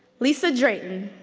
lisa drayton,